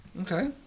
Okay